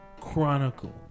Chronicle